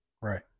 right